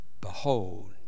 Behold